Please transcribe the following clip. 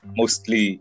mostly